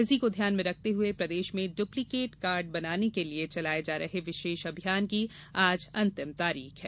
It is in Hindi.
इसी को ध्यान में रखते हुए प्रदेश में डुप्लीकेट कार्ड बनवाने के लिये चलाये जा रहे विशेष अभियान की आज अंतिम तारीख है